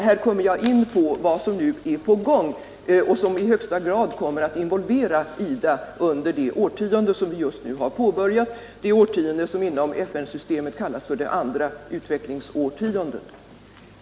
Här kommer jag in på vad som nu är på gång och som i högsta grad kommer att involvera IDA under det årtionde som just nu har påbörjats, det årtionde som inom FN-systemet kallas för det andra utvecklingsårtiondet.